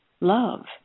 love